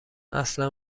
اصلا